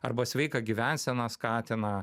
arba sveiką gyvenseną skatina